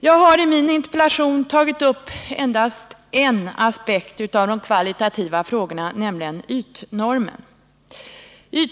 Jag har i min interpellation tagit upp endast en aspekt av de kvalitativa frågorna, nämligen ytnormen.